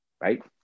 right